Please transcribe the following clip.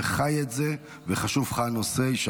וחי את זה והנושא חשוב לך.